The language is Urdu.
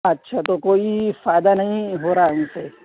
اچھا تو کوئی فائدہ نہیں ہورہا ہے اِن سے